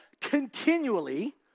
continually